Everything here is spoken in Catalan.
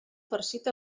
farcit